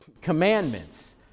commandments